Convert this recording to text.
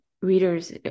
Readers